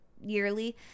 yearly